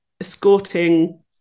escorting